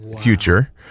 future